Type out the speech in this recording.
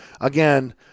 again